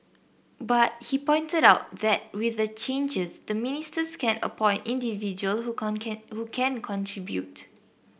but he pointed out that with the changes the ministers can appoint individual who can who can contribute